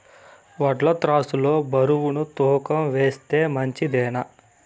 వడ్లు త్రాసు లో బరువును తూకం వేస్తే మంచిదేనా?